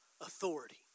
authority